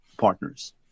partners